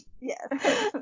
Yes